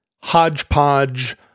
hodgepodge